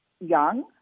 young